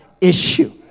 issue